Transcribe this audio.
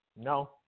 No